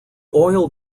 oil